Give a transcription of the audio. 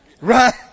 right